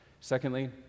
Secondly